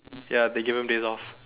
ya they given days off